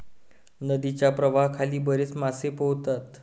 नदीच्या प्रवाहाखाली बरेच मासे पोहतात